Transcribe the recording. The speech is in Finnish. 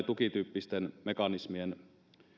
tukityyppisten mekanismien